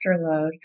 afterload